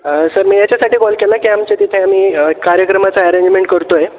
sir मी याच्यासाठी call केला की आमच्या तिथे आम्ही कार्यक्रमाचा ॲरेजमेंट करत आहे